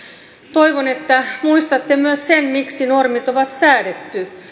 toivon että muistatte myös sen miksi normit on säädetty